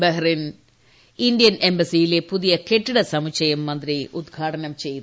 Bahrain Indian എംബസിയിലെ പുതിയ കെട്ടിട സമുച്ചയം മന്ത്രി ഉദ്ഘാടനം ചെയ്തു